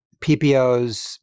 ppos